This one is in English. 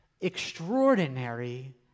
Extraordinary